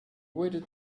waited